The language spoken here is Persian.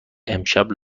امشب